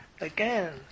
again